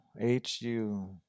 H-U